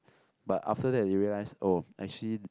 but after that they realise oh actually